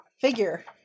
figure